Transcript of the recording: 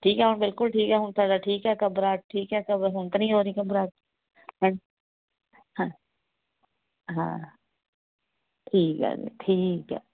ਠੀਕ ਹੈ ਹੁਣ ਬਿਲਕੁਲ ਠੀਕ ਹੈ ਹੁਣ ਤੁਹਾਡਾ ਠੀਕ ਹੈ ਘਬਰਾਹਟ ਠੀਕ ਹੈ ਸਭਘਬਰ ਹੁਣ ਤਾਂ ਨਹੀਂ ਹੋ ਰਹੀ ਘਬਰਾਹਟ ਹਾਂ ਹਾਂ ਹਾਂ ਠੀਕ ਹੈ ਜੀ ਠੀਕ ਹੈ